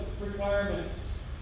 requirements